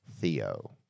Theo